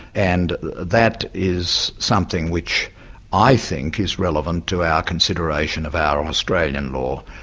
and that is something which i think is relevant to our consideration of our australian law,